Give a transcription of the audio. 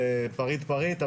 פריט פריט,